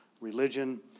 religion